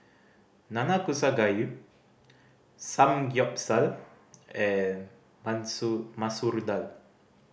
Nanakusa Gayu Samgeyopsal and Masoor Dal